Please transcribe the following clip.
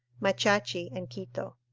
machachi, and quito.